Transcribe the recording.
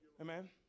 Amen